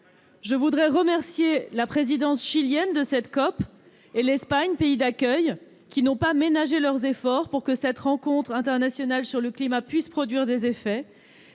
Je voudrais remercier la présidence chilienne de cette COP et l'Espagne, pays d'accueil, qui n'ont pas ménagé leurs efforts pour que cette rencontre internationale sur le climat puisse produire des effets.